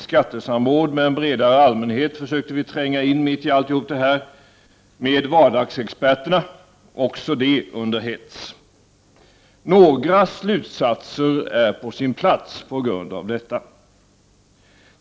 Skattesamråd med en bredare allmänhet och med vardagsexperterna försökte vi tränga in mitt i allt detta, också det under hets. Det är på sin plats att dra några slutsatser.